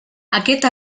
aquest